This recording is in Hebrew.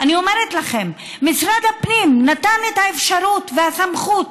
אני אומרת לכם, משרד הפנים נתן את האפשרות והסמכות